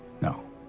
No